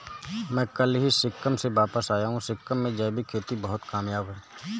मैं कल ही सिक्किम से वापस आया हूं सिक्किम में जैविक खेती बहुत कामयाब है